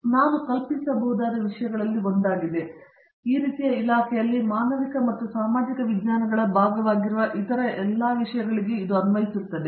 ರಾಜೇಶ್ ಕುಮಾರ್ ಮತ್ತು ನಾನು ಕಲ್ಪಿಸಬಹುದಾದ ವಿಷಯಗಳಲ್ಲಿ ಒಂದಾಗಿದೆ ಈ ರೀತಿಯ ಇಲಾಖೆಯಲ್ಲಿ ಮಾನವಿಕ ಮತ್ತು ಸಾಮಾಜಿಕ ವಿಜ್ಞಾನಗಳ ಭಾಗವಾಗಿರುವ ಇತರ ಎಲ್ಲಾ ವಿಷಯಗಳಿಗೆ ಅನ್ವಯಿಸುತ್ತದೆ